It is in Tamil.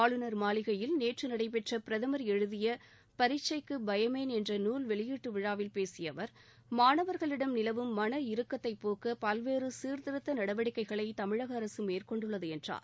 ஆளுநர் மாளிகையில் நேற்று நடைபெற்ற பிரதமா் எழுதிய பரீட்சைக்கு பயமேன் என்ற நூல் வெளியீட்டு விழாவில் பேசிய அவர் மாணவர்களிடம் நிலவும் மன இறுக்கத்தை போக்க பல்வேறு சீர்த்திருத்த நடவடிக்கைகளை தமிழக அரசு மேற்கொண்டுள்ளது என்றார்